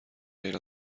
غیر